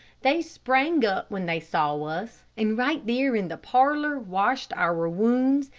they sprang up when they saw us, and right there in the parlor washed our wounds,